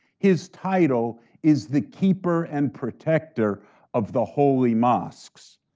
his title is the keeper and protector of the holy mosques.